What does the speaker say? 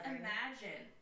imagine